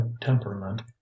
temperament